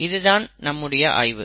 இதுதான் நம்முடைய ஆய்வு